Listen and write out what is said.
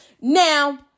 now